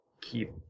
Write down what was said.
keep